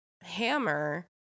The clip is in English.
hammer